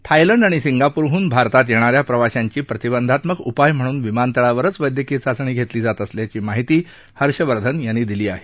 Thailand आणि सिंगापूरहून भारतात येणा या प्रवाशांची प्रतिबंधात्मक उपाय म्हणून विमानतळावरच वैद्यकीय चाचणी घेतली जात असल्याची माहिती हर्षवर्धन यांनी दिली आहे